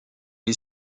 est